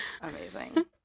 Amazing